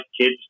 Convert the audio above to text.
kids